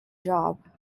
job